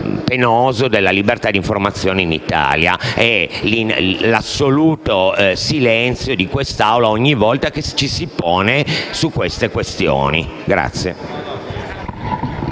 penoso della libertà d'informazione in Italia e l'assoluto silenzio di quest'Aula ogni volta che ci si pone tali questioni.